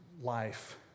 life